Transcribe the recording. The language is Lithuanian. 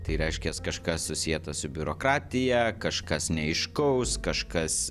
tai reiškias kažkas susieta su biurokratija kažkas neaiškaus kažkas